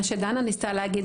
מה שדנה ניסתה לומר,